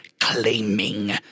claiming